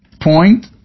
point